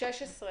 הצבעה אושרה.